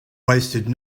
wasted